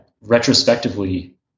retrospectively